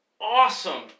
awesome